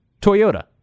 Toyota